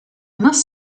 must